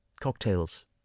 Cocktails